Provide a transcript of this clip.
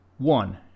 One